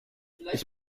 ich